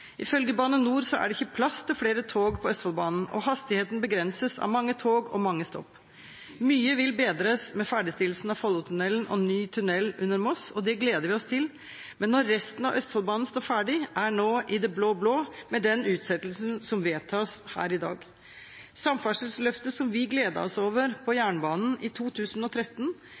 Ifølge Bane NOR er det ikke plass til flere tog på Østfoldbanen, og hastigheten begrenses av mange tog og mange stopp. Mye vil bedres med ferdigstillelsen av Follotunnelen og ny tunnel under Moss, og det gleder vi oss til. Men når resten av Østfoldbanen står ferdig, er nå i det blå-blå med den utsettelsen som vedtas her i dag. Samferdselsløftet på jernbanen som vi gledet oss over i 2013,